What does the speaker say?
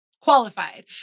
qualified